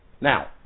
Now